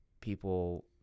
people